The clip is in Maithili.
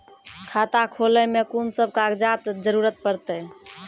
खाता खोलै मे कून सब कागजात जरूरत परतै?